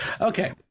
Okay